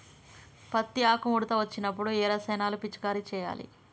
పత్తి ఆకు ముడత వచ్చినప్పుడు ఏ రసాయనాలు పిచికారీ చేయాలి?